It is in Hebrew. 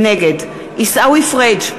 נגד עיסאווי פריג'